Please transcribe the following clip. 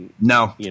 No